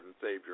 Savior